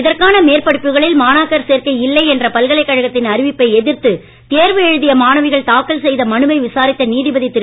இதற்கான மேற்படிப்புகளில் மாணாக்கர் சேர்க்கை இல்லை என்ற பல்கலைக் கழகத்தின் அறிவிப்பை எதிர்த்து தேர்வு எழுதிய மாணவிகள் தாக்கல் செய்த மனுவை விசாரித்த நீதிபதி திரு